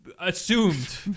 assumed